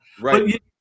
Right